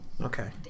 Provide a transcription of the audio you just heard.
Okay